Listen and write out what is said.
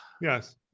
Yes